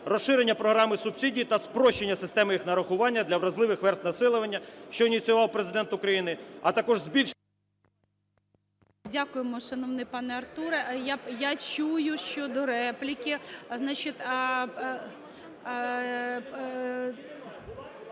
розширення програми субсидій та спрощення системи їх нарахування для вразливих верств населення, що ініціював Президент України, а також… ГОЛОВУЮЧИЙ. Дякуємо, шановний пане Артуре. (Шум у залі) Я чую щодо репліки.